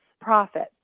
profit